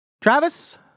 travis